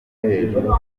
hejuru